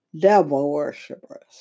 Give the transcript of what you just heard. devil-worshippers